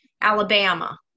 alabama